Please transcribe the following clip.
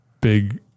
big